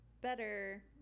better